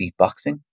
beatboxing